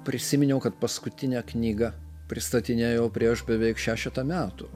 prisiminiau kad paskutinę knygą pristatinėjau prieš beveik šešetą metų